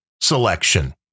selection